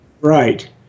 Right